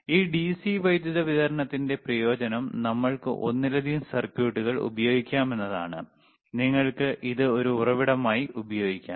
ഈ ഡിസി വൈദ്യുതി വിതരണത്തിന്റെ പ്രയോജനം നമ്മൾക്ക് ഒന്നിലധികം സർക്യൂട്ടുകൾ ഉപയോഗിക്കാമെന്നതാണ് നിങ്ങൾക്ക് ഇത് ഒരു ഉറവിടമായി ഉപയോഗിക്കാം